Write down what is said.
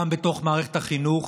גם בתוך מערכת החינוך